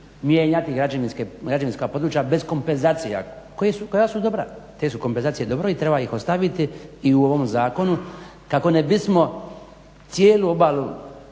mijenjati građevinska područja bez kompenzacija koja su dobra. Te su kompenzacije dobre i treba ih ostaviti i u ovom zakonu kako ne bismo cijelu obalu